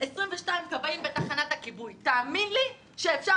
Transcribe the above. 22 כבאים בתחנת הכיבוי תאמין לי שאפשר